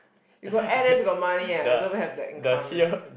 you got N_S you got money eh I don't even have that income eh